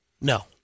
No